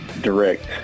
direct